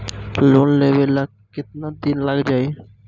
Loan लेबे ला कितना दिन लाग जाई?